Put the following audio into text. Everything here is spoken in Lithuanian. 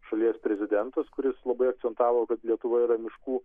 šalies prezidentas kuris labai akcentavo kad lietuva yra miškų